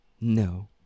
No